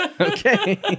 Okay